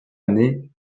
année